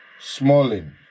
Smalling